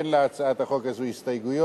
אין להצעת החוק הזו הסתייגויות.